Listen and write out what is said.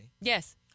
Yes